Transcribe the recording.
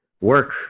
work